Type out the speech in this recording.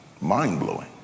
mind-blowing